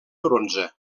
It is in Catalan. bronze